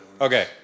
Okay